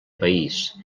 país